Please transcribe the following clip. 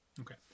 Okay